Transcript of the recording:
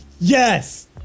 Yes